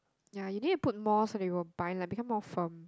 ya you need to put more so that it will bind like become more firm